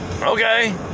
Okay